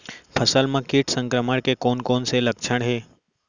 फसल म किट संक्रमण के कोन कोन से लक्षण हे?